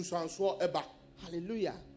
Hallelujah